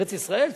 ארץ-ישראל,